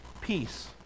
peace